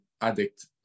addict